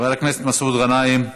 חבר הכנסת מסעוד גנאים.